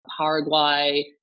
Paraguay